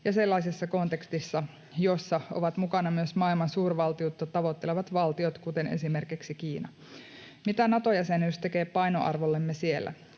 ja sellaisessa kontekstissa, jossa ovat mukana myös maailman suurvaltiutta tavoittelevat valtiot, kuten esimerkiksi Kiina. Mitä Nato-jäsenyys tekee painoarvollemme siellä?